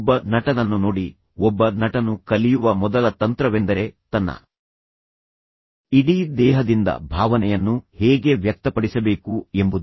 ಒಬ್ಬ ನಟನನ್ನು ನೋಡಿ ಒಬ್ಬ ನಟನು ಕಲಿಯುವ ಮೊದಲ ತಂತ್ರವೆಂದರೆ ತನ್ನ ಇಡೀ ದೇಹದಿಂದ ಭಾವನೆಯನ್ನು ಹೇಗೆ ವ್ಯಕ್ತಪಡಿಸಬೇಕು ಎಂಬುದು